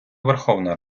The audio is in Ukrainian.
верховна